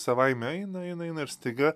savaime eina eina eina ir staiga